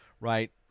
right